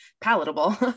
palatable